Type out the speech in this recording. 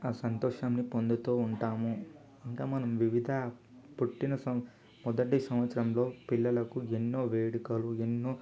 ఆ సంతోషాన్ని పొందుతు ఉంటాము ఇంకా మనం వివిధ పుట్టిన సం మొదటి సంవత్సరంలో పిల్లలకు ఎన్నో వేడుకలు ఎన్నో